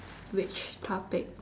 which topic